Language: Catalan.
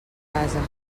casa